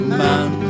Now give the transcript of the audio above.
man